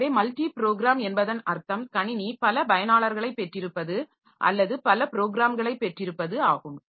எனவே multi program என்பதன் அர்த்தம் கணினி பல பயனாளர்களைப் பெற்றிருப்பது அல்லது பல ப்ரோகிராம்களை பெற்றிருப்பது ஆகும்